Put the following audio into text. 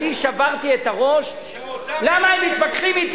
אני שברתי את הראש למה הם מתווכחים אתי